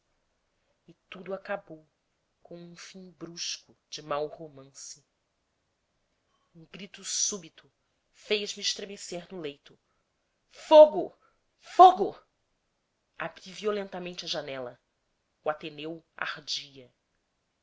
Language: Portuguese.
e tudo acabou com um fim brusco de mau romance um grito súbito fez-me estremecer no leito fogo fogo abri violentamente a janela o ateneu ardia